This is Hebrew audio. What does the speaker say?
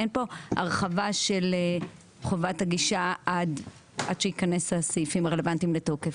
אין פה הרחבה של חובת הגישה עד שייכנסו הסעיפים הרלבנטיים לתוקף.